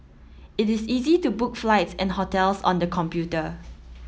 it is easy to book flights and hotels on the computer